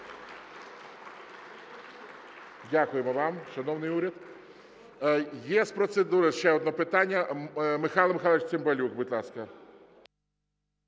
Дякуємо вам, шановний уряд. Є з процедури ще одне питання. Михайло Михайлович Цимбалюк, будь ласка.